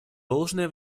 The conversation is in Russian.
должное